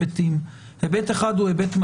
יש מצוקת מקום,